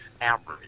Average